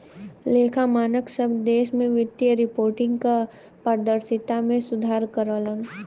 लेखा मानक सब देश में वित्तीय रिपोर्टिंग क पारदर्शिता में सुधार करलन